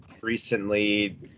recently